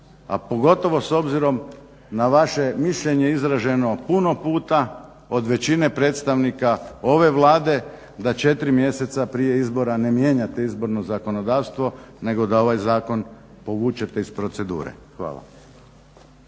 a pogotovo s obzirom na vaše mišljenje izraženo puno puta od većine predstavnika ove Vlade da četiri mjeseca prije izbora ne mijenjate izborno zakonodavstvo, nego da ovaj zakon povučete iz procedure. Hvala.